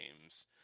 games